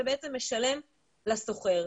ומשלם למשכיר.